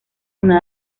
una